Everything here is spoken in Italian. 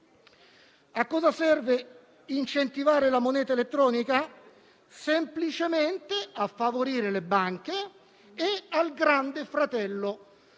A cosa serve incentivare la moneta elettronica? Semplicemente a favorire le banche e al Grande fratello